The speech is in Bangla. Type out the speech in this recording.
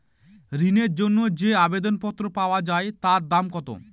ঋণের জন্য যে আবেদন পত্র পাওয়া য়ায় তার দাম কত?